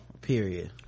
period